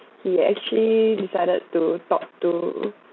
he actually decided to talk to